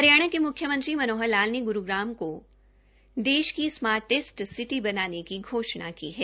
हरियाणा के मुख्यमंत्री मनोहर लाल ने ग्रुग्राम को देश का स्मार्टेस्ट सिटी बनाने की घोषणा की है